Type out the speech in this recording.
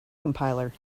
compiler